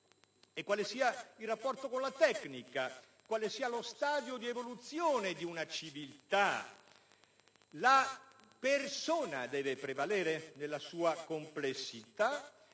e quale sia il rapporto con la tecnica, quale sia lo stadio di evoluzione di una civiltà. La persona deve prevalere nella sua complessità